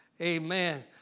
Amen